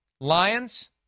Lions